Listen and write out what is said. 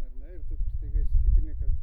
ar ne ir tu staiga įsitikini kad